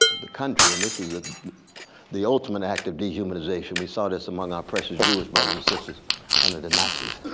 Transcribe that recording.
the country, and this is ah the ultimate act of dehumanization. we saw this among our precious jewish brothers and sisters under the nazis,